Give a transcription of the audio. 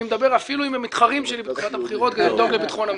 מדבר אפילו עם המתחרים שלי בתקופת הבחירות כדי לדאוג לביטחון המדינה.